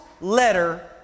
letter